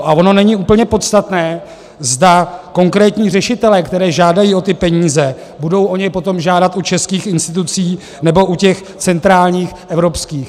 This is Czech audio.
A ono není úplně podstatné, zda konkrétní řešitelé, kteří žádají o ty peníze, budou o ně potom žádat u českých institucí, nebo u těch centrálních evropských.